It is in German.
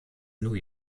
new